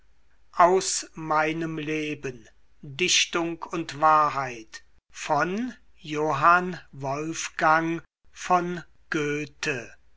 aus meinem leben dichtung und wahrheit